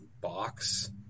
box